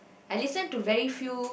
I listen to very few